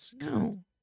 No